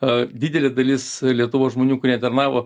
a didelė dalis lietuvos žmonių kurie tarnavo